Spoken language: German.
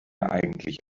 eigentlich